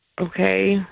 Okay